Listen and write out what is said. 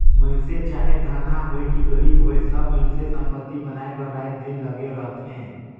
मइनसे चाहे धनहा होए कि गरीब होए सब मइनसे संपत्ति बनाए बर राएत दिन लगे रहथें